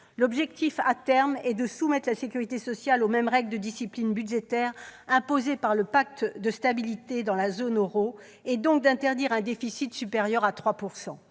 L'objectif, à terme, est de soumettre la sécurité sociale aux mêmes règles de discipline budgétaire imposées par le pacte de stabilité dans la zone euro et donc d'interdire un déficit supérieur à 3 %.